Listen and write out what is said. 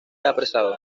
apresado